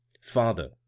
Father